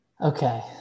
Okay